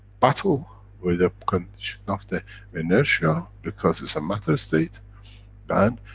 battle with the condition of the inertia, because it's a matter-state and,